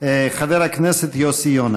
חבר הכנסת יוסי יונה.